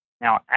Now